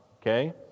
Okay